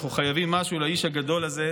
אנחנו חייבים משהו לאיש הגדול הזה,